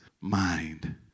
mind